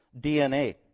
DNA